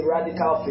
Radical